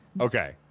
Okay